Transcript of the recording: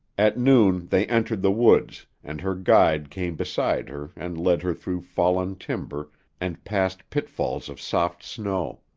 at noon they entered the woods, and her guide came beside her and led her through fallen timber and past pitfalls of soft snow.